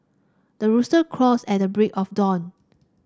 the rooster crows at the break of dawn